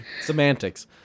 Semantics